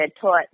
taught